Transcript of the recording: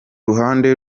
ruhande